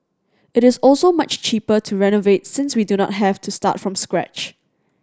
it is also much cheaper to renovate since we do not have to start from scratch